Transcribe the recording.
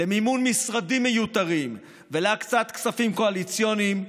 למימון משרדים מיותרים ולהקצאת כספים קואליציוניים,